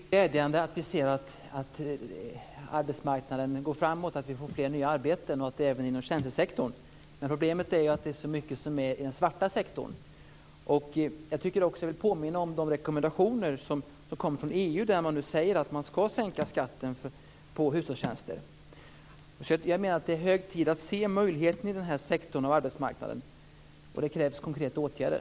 Herr talman! Det är glädjande att vi ser att det går framåt på arbetsmarknaden och att vi får fler nya arbeten, även inom tjänstesektorn. Problemet är att det finns så mycket i den svarta sektorn. Jag vill påminna om de rekommendationer som kommer från EU. Man säger att man skall sänka skatten på hushållstjänster. Det är hög tid att se möjligheterna i den här sektorn av arbetsmarknaden, och det krävs konkreta åtgärder.